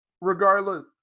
regardless